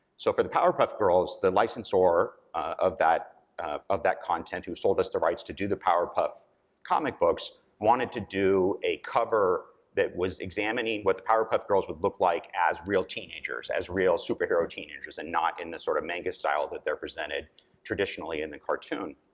so for the powerpuff girls, the licensor of that of that content, who sold us the rights to do the powerpuff comic books wanted to do a cover that was examining what the powerpuff girls would look like as real teenagers, as real superhero teenagers, and not in this sort of manga style that they're presented traditionally in the cartoon.